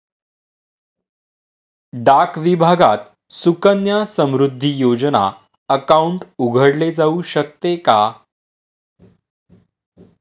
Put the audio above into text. डाक विभागात सुकन्या समृद्धी योजना अकाउंट उघडले जाऊ शकते का?